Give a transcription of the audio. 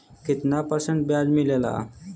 कितना परसेंट ब्याज मिलेला?